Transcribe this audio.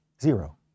Zero